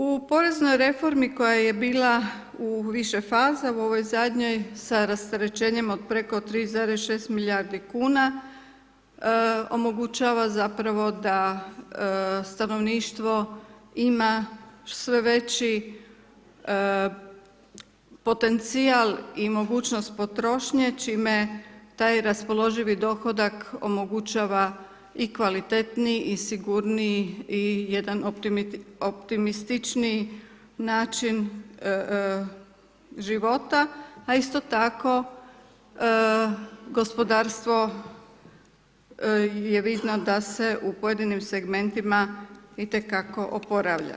U poreznoj reformi koja je bila u više faza u ovoj zadnjoj sa rasterećenjem od preko 3,6 milijardi kuna omogućava zapravo da stanovništvo ima sve veći potencijal i mogućnost potrošnje čime taj raspoloživi dohodak omogućava i kvalitetniji i sigurniji i jedan optimističniji način života, a isto tako gospodarstvo je vidno da se u pojedinim segmentima i te kako oporavlja.